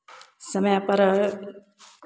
समयपर